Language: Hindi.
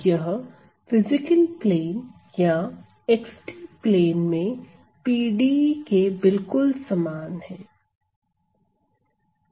यह फिजिकल प्लेन या x t प्लेन में PDE के बिल्कुल समान है